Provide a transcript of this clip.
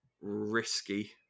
risky